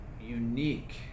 unique